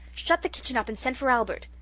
shut the kitchen up and send for albert.